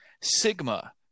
Sigma